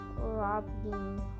Robin